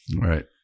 right